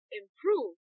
improve